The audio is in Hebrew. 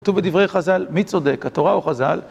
כתוב בדברי חז'ל, מי צודק התורה או חז'ל.